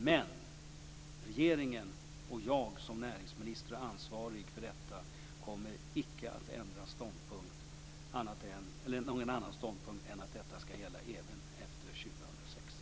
Men regeringen och jag i min egenskap av ansvarig näringsminister kommer icke att ändra ståndpunkt. Detta skall gälla även efter